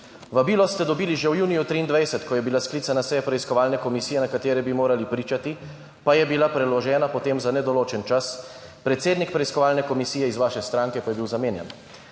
Vabilo ste dobili že v juniju 2023, ko je bila sklicana seja preiskovalne komisije, na kateri bi morali pričati, pa je bila preložena potem za nedoločen čas, predsednik preiskovalne komisije iz vaše stranke pa je bil zamenjan.